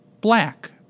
black